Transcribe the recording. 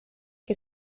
que